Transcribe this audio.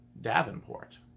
Davenport